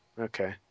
Okay